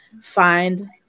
Find